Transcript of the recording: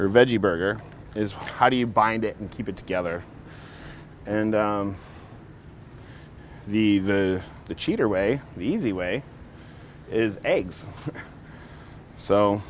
or veggie burger is how do you bind it and keep it together and the the cheater way the easy way is eggs so